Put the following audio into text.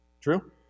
True